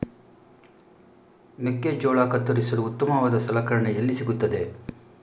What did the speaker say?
ಮೆಕ್ಕೆಜೋಳ ಕತ್ತರಿಸಲು ಉತ್ತಮವಾದ ಸಲಕರಣೆ ಎಲ್ಲಿ ಸಿಗುತ್ತದೆ?